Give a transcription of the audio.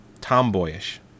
tomboyish